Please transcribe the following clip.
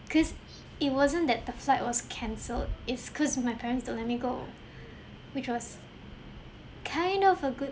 cause it wasn't that the flight was cancelled it's cause my parents don't let me go which was kind of a good